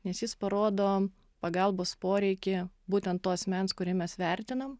nes jis parodo pagalbos poreikį būtent to asmens kurį mes vertinam